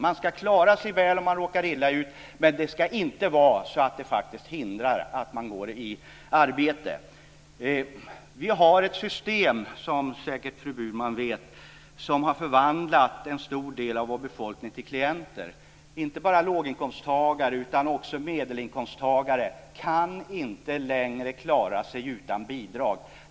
Man ska klara sig väl om man råkar illa ut. Men det ska inte vara så att det faktiskt hindrar att man går i arbete. Vi har ett system, som säkert fru Burman vet, som har förvandlat en stor del av vår befolkning till klienter. Inte bara låginkomsttagare utan också medelinkomsttagare kan inte längre klara sig utan bidrag.